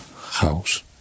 House